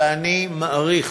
ואני מעריך